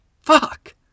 Fuck